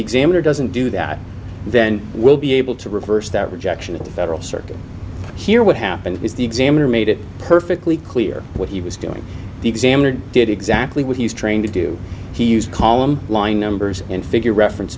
examiner doesn't do that then we'll be able to reverse that rejection of the federal circuit here what happened is the examiner made it perfectly clear what he was doing the examiner did exactly what he was trained to do he used column line numbers and figure reference